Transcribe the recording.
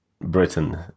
Britain